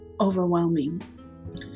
overwhelming